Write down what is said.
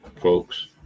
folks